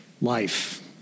life